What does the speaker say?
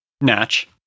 Natch